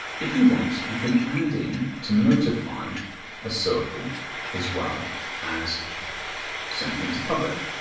if you want, you can add in to notify a circle as well as sending it to public.